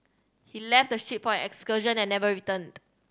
he left the ship for an excursion and never returned